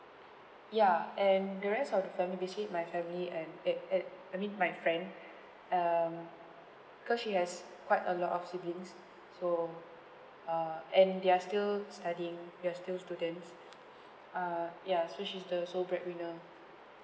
ya and the rest of the family basically my family and eh eh I mean my friend um cause she has quite a lot of siblings so uh and they are still studying they're still students uh ya so she's the sole breadwinner